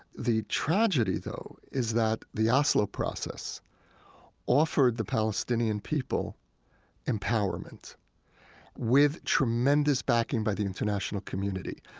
the tragedy, though, is that the oslo process offered the palestinian people empowerment with tremendous backing by the international community.